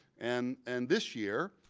and and this year,